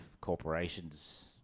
corporations